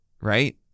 right